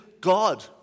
God